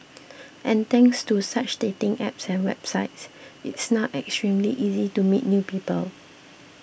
and thanks to such dating apps and websites it's now extremely easy to meet new people